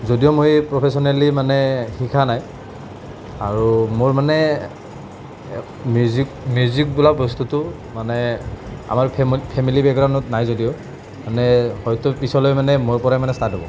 যদিও মই প্ৰফেচনেলি মানে শিকা নাই আৰু মোৰ মানে মিউজিক মিউজিক বোলা বস্তুটো মানে আমাৰ ফেমেলি ফেমেলি ব্ৰেকগ্ৰাউণ্ডত নাই যদিও মানে হয়তো পিছলৈ মানে মোৰ পৰা মানে ষ্টাৰ্ট হ'ব